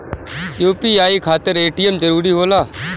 UPI खातिर ATM जरूरी होला?